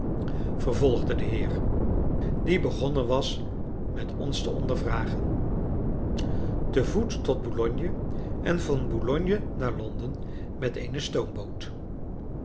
vervolgde de heer die begonnen was met ons te ondervragen te voet tot boulogne en van boulogne naar londen met eene stoomboot